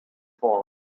fall